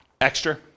Extra